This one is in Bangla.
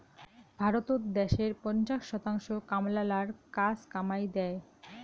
ভারতত দ্যাশের পঞ্চাশ শতাংশ কামলালার কাজ কামাই দ্যায়